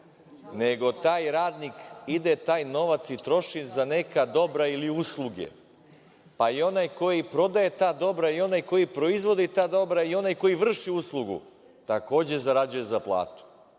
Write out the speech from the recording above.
nego taj radnik ide i taj novac troši za neka dobra ili usluge, pa i onaj koji prodaje ta dobra i onaj koji proizvodi ta dobra i onaj koji vrši uslugu, takođe, zarađuje za platu